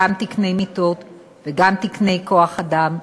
גם תקני מיטות וגם תקני כוח-אדם,